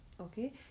Okay